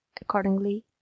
accordingly